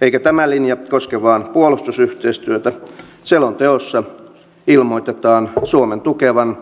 eikä tämä linja koske vain puolustusyhteistyötä selonteossa ilmoitetaan suomen tukevan